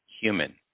human